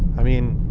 i mean,